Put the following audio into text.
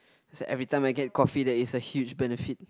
it's like everytime I get coffee there is a huge benefit